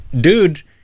Dude